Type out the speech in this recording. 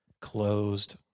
closed